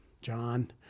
John